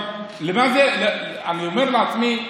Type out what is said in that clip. אני אומר לעצמי,